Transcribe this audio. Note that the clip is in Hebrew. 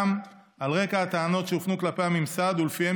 גם על רקע הטענות שהופנו כלפי הממסד שלפיהן